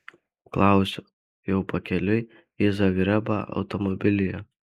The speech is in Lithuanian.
klausiu jau pakeliui į zagrebą automobilyje